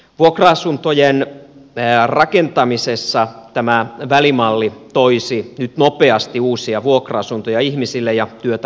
vuokra asuntojen rakentamisessa tämä välimalli toisi nyt nopeasti uusia vuokra asuntoja ihmisille ja työtä rakennusalalle